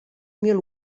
mil